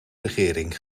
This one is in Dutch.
regering